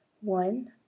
One